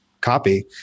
copy